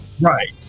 Right